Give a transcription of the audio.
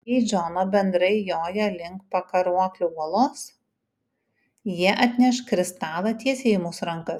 jei džono bendrai joja link pakaruoklių uolos jie atneš kristalą tiesiai į mūsų rankas